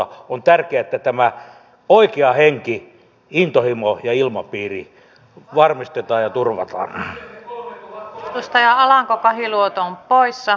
on tärkeää että tämä oikea henki intohimo ja ilmapiiri varmistetaan ja turvataan